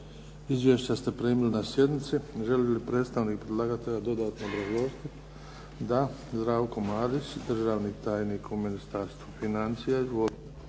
Izvješća ste primili na sjednici. Želi li predstavnik predlagatelja dodatno obrazložiti? Da. Zdravko Marić državni tajnik u Ministarstvu financija. Izvolite.